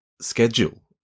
schedule